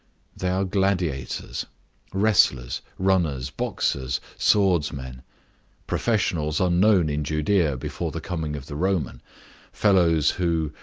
they are gladiators wrestlers, runners, boxers, swordsmen professionals unknown in judea before the coming of the roman fellows who,